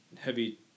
heavy